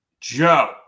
Joe